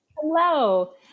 Hello